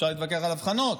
אפשר להתווכח על הבחנות,